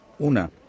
Una